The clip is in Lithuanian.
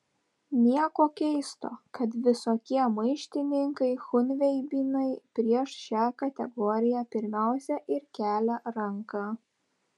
nieko keisto kad visokie maištininkai chunveibinai prieš šią kategoriją pirmiausia ir kelia ranką